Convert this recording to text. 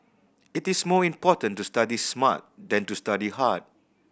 it is more important to study smart than to study hard